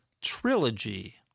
trilogy